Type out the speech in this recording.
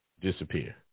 disappear